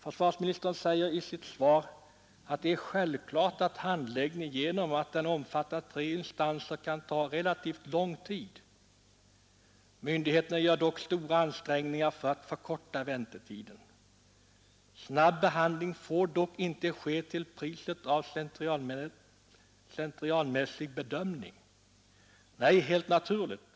Försvarsministern säger i sitt svar: ”Det är självklart att en handläggning som omfattar tre instanser kan ta relativt lång tid. Myndigheterna gör dock stora ansträngningar för att förkorta tiden. Snabb handläggning får dock inte ske till priset av slentrian i bedömningen.” Nej, naturligtvis inte,